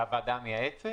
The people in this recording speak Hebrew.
זה הוועדה המייעצת?